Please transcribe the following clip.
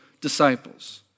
disciples